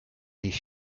least